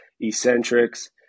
eccentrics